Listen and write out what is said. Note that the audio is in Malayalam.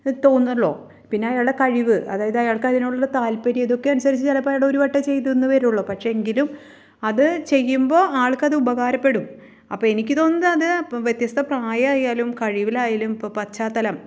തോന്നൊള്ളോ പിന്നെ അയാളുടെ കഴിവ് അതായത് അയാൾക്കതിനോടുള്ള താത്പര്യം ഇതൊക്കെ അനുസരിച്ചു ചിലപ്പം അയാളുടെ ഒരു വട്ടം ചെയ്തതെന്നു വരൂള്ളു പക്ഷെ എങ്കിലും അത് ചെയ്യുമ്പോൾ ആൾക്കത് ഉപകാരപ്പെടും അപ്പോൾ എനിക്ക് തോന്നുന്നത് അത് ഇപ്പം വ്യത്യസ്ത പ്രായമായാലും കഴിവിലായാലും ഇപ്പം പശ്ചാത്തലം